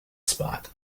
spot